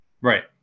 Right